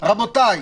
רבותיי,